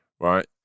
right